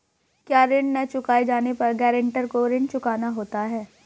क्या ऋण न चुकाए जाने पर गरेंटर को ऋण चुकाना होता है?